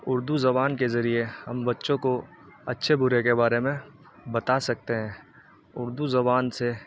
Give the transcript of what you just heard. اردو زبان کے ذریعے ہم بچوں کو اچھے برے کے بارے میں بتا سکتے ہیں اردو زبان سے